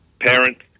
parents